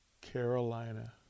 Carolina